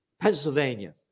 Pennsylvania